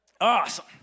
Awesome